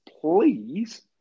please